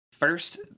First